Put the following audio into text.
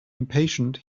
impatient